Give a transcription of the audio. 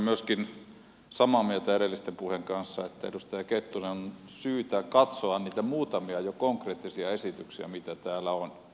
olen samaa mieltä edellisten puhujien kanssa siitä että edustaja kettusen on syytä katsoa niitä muutamia jo konkreettisia esityksiä mitä täällä on